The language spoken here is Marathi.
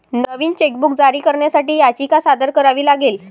नवीन चेकबुक जारी करण्यासाठी याचिका सादर करावी लागेल